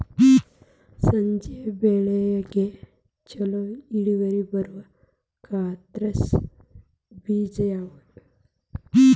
ಸಜ್ಜೆ ಬೆಳೆಗೆ ಛಲೋ ಇಳುವರಿ ಬರುವ ಕ್ರಾಸ್ ಬೇಜ ಯಾವುದ್ರಿ?